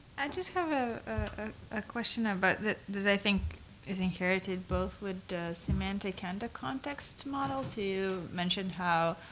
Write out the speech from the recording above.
and just have a ah question and but about, did i think is inherited both with a semantic and a context model to mention how